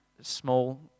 small